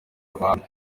abantu